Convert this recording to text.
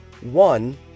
one